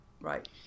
right